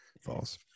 False